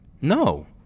No